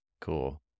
Cool